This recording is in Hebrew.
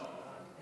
לא.